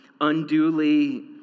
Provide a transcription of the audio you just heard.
unduly